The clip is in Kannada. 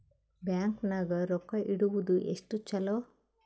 ಬ್ಯಾಂಕ್ ನಾಗ ರೊಕ್ಕ ಇಡುವುದು ಎಷ್ಟು ಚಲೋ?